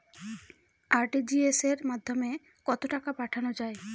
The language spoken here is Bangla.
আর.টি.জি.এস এর মাধ্যমে কত টাকা পাঠানো যায়?